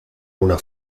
una